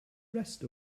rest